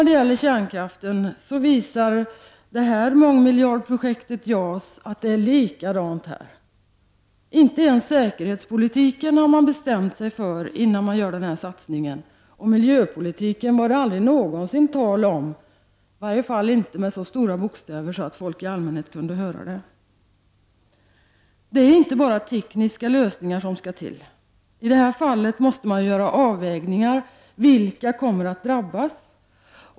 Det är precis likadant med mångmiljardprojeketet JAS som när det gäller kärnkraften. Inte ens säkerhetspolitik har man bestämt sig för innan man gör detta. Miljöpolitik var det aldrig någonsin tal om, i varje fall inte med så stora bokstäver att folk kunde höra det. Det är inte bara tekniska lösningar som skall till, I det här fallet måste man göra avvägningar. Vilka kommer att drabbas?